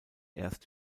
erst